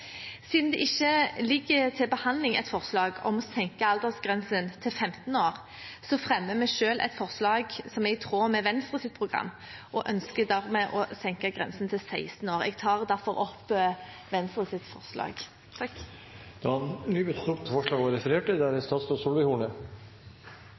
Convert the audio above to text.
Siden det ikke ligger til behandling et forslag om å senke aldersgrensen til 15 år, fremmer vi selv et forslag som er i tråd med Venstres program, og ønsker dermed å senke grensen til 16 år. Jeg tar derfor opp Venstres forslag. Representanten Iselin Nybø har tatt opp det forslaget hun refererte